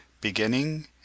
beginning